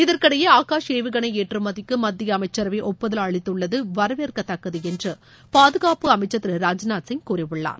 இதற்கிடையே ஆகாஷ் ஏவுகனை ஏற்றுமதிக்கு மத்திய அமைச்சரவை ஒப்புதல் அளித்துள்ளது வரவேற்கத்தக்கது என்று பாதுகாப்பு அமைச்சர் திரு ராஜ்நாத்சிங் கூறியுள்ளார்